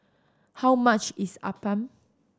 how much is appam